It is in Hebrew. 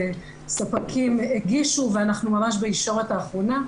ספקים הגישו ואנחנו ממש בישורת האחרונה,